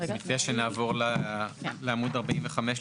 אני מציע שנעבור לעמוד 45,